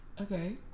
Okay